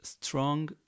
strong